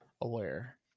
aware